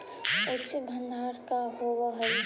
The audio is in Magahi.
उचित भंडारण का होव हइ?